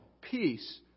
peace